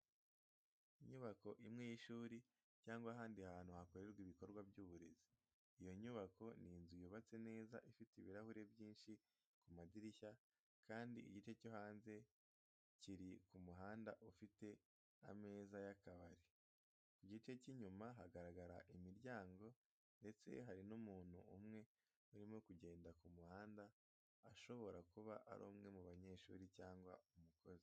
Inyubako imwe y'ishuri cyangwa ahandi hantu hakorerwa ibikorwa by'uburezi. Iyo inyubako ni inzu yubatse neza ifite ibirahure byinshi ku madirishya kandi igice cyo hanze cyayo kiri ku muhanda ufite ameza y'akabari. Ku gice cy'inyuma hagaragara imiryango ndetse hari n'umuntu umwe urimo kugenda ku muhanda ashobora kuba ari umwe mu banyeshuri cyangwa umukozi.